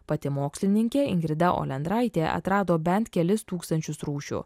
pati mokslininkė ingrida olendraitė atrado bent kelis tūkstančius rūšių